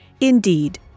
Indeed